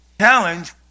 challenge